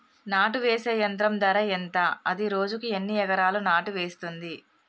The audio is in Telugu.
నాటు వేసే యంత్రం ధర ఎంత? అది రోజుకు ఎన్ని ఎకరాలు నాటు వేస్తుంది?